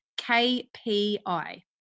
KPI